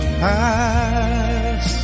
pass